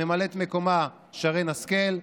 וממלאת מקומה: שרן השכל,